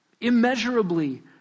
Immeasurably